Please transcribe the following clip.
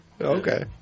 Okay